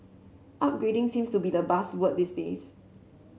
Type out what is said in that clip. upgrading seems to be the buzzword these days